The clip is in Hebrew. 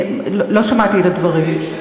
לא שמעתי את הדברים.